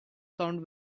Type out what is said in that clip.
sound